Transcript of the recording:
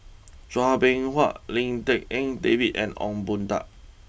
Chua Beng Huat Lim Tik En David and Ong Boon Tat